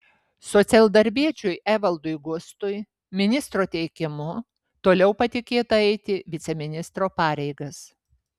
socialdarbiečiui evaldui gustui ministro teikimu toliau patikėta eiti viceministro pareigas